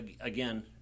again